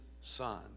son